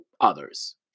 others